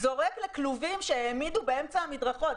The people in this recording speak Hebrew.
זורק לכלובים שהעמידו באמצע המדרכות.